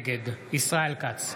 נגד ישראל כץ,